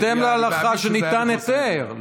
בהתאם להלכה, שניתן היתר.